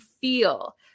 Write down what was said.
feel